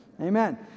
Amen